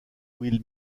will